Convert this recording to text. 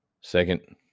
Second